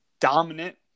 dominant